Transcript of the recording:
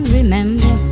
Remember